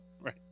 right